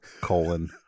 colon